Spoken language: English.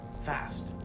fast